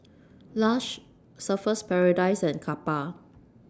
Lush Surfer's Paradise and Kappa